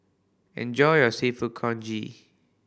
enjoy your Seafood Congee